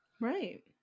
right